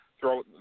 throw